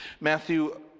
Matthew